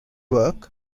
work